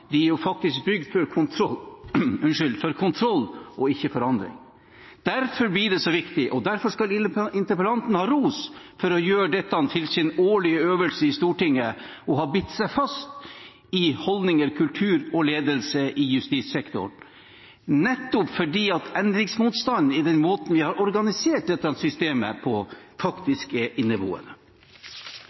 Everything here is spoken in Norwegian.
er bygd for kontroll og ikke for forandring. Derfor blir det så viktig. Derfor skal interpellanten ha ros for å gjøre dette til sin årlige øvelse i Stortinget og for å ha bitt seg fast i holdninger, kultur og ledelse i justissektoren, nettopp fordi endringsmotstanden mot den måten vi har organisert dette systemet på, faktisk er iboende. Holdninger, kultur og ledelse var et sentralt punkt i